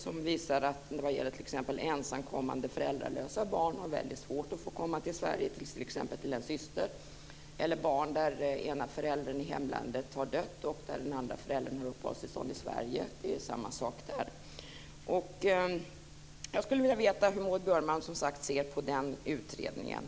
Utredningen visar att t.ex. ensamkommande föräldralösa barn har väldigt svårt att få komma till Sverige, t.ex. till en syster. Det är samma sak med barn vars ena förälder i hemlandet har dött och andra föräldern har uppehållstillstånd i Sverige. Det är samma sak där. Jag skulle vilja veta hur Maud Björnemalm ser på den utredningen.